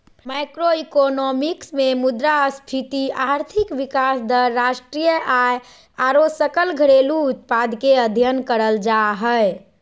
macroeconomics मे मुद्रास्फीति, आर्थिक विकास दर, राष्ट्रीय आय आरो सकल घरेलू उत्पाद के अध्ययन करल जा हय